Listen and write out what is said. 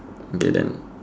okay then